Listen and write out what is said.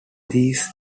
these